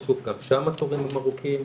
גם שם התורים ארוכים.